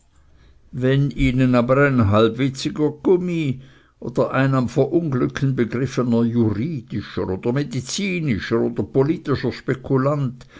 wenn ihnen aber ein halbwitziger gumi oder ein am verunglücken begriffener juridischer oder medizinischer oder politischer spekulant